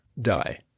die